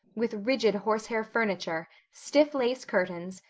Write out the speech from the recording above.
with rigid horsehair furniture, stiff lace curtains,